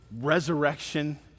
resurrection